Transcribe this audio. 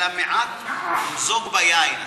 אלא מעט ימזוג ביין.